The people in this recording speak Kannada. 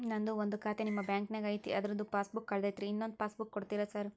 ನಂದು ಒಂದು ಖಾತೆ ನಿಮ್ಮ ಬ್ಯಾಂಕಿನಾಗ್ ಐತಿ ಅದ್ರದು ಪಾಸ್ ಬುಕ್ ಕಳೆದೈತ್ರಿ ಇನ್ನೊಂದ್ ಪಾಸ್ ಬುಕ್ ಕೂಡ್ತೇರಾ ಸರ್?